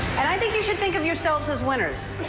and i think you should think of yourselves as winners.